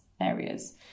areas